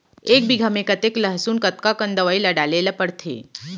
एक बीघा में कतेक लहसुन कतका कन दवई ल डाले ल पड़थे?